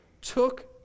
took